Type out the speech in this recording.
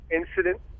incident